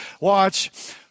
Watch